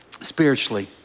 spiritually